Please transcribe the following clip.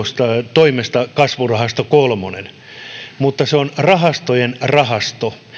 toimesta kasvurahasto iii mutta se on rahastojen rahasto